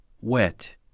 wet